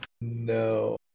No